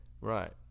Right